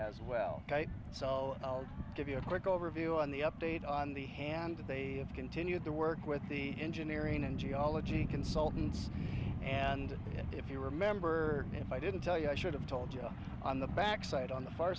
as well sell i'll give you a quick overview on the update on the hand that they have continued to work with the engineering and geology consultants and if you remember if i didn't tell you i should have told you on the backside on the far